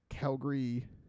Calgary